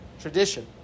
tradition